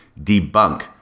debunk